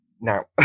Now